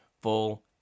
full